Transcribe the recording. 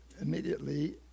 immediately